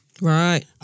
Right